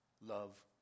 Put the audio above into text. love